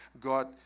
God